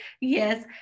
Yes